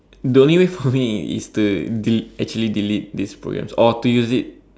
the only way for me is to delete actually delete these programs or to use it